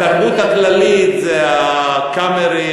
התרבות הכללית זה "הקאמרי",